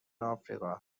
آفریقا